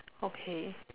okay